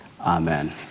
Amen